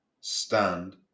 stand